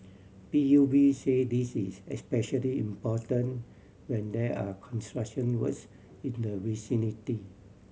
P U B say this is especially important when there are construction works in the vicinity